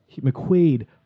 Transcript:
McQuaid